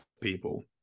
people